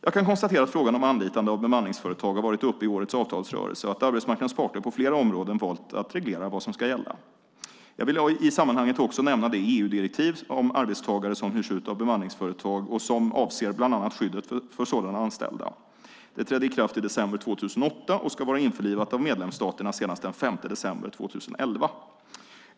Jag kan konstatera att frågan om anlitande av bemanningsföretag har varit uppe i årets avtalsrörelse och att arbetsmarknadens parter på flera områden valt att reglera vad som ska gälla. Jag vill i sammanhanget också nämna det EU-direktiv om arbetstagare som hyrs ut av bemanningsföretag och som avser bland annat skyddet för sådana anställda. Det trädde i kraft i december 2008 och ska vara införlivat av medlemsstaterna senast den 5 december 2011.